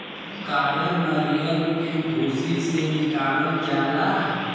कायर नरीयल के भूसी से निकालल जाला